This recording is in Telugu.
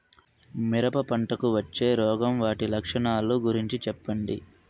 మిరప పంటకు వచ్చే రోగం వాటి లక్షణాలు గురించి చెప్పండి?